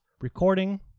recording